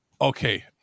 Okay